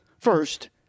First